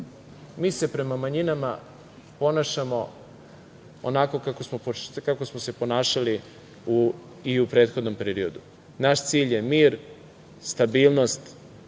Mi se prema manjinama ponašamo onako kako smo se ponašali i u prethodnom periodu. Naš cilj je mir, stabilnost,